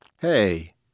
Hey